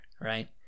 right